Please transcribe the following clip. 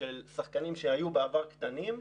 של שחקנים שהיו בעבר קטנים.